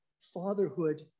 fatherhood